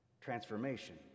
Transformation